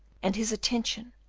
and his attention,